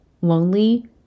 lonely